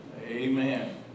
Amen